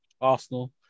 Arsenal